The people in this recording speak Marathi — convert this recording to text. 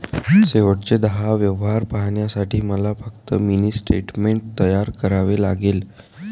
शेवटचे दहा व्यवहार पाहण्यासाठी मला फक्त मिनी स्टेटमेंट तयार करावे लागेल